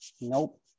Nope